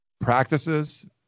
practices